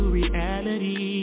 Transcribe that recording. reality